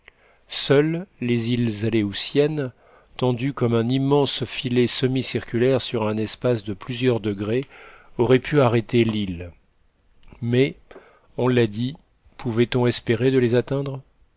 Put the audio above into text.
seules les îles aléoutiennes tendues comme un immense filet semi-circulaire sur un espace de plusieurs degrés auraient pu arrêter l'île mais on l'a dit pouvait-on espérer de les atteindre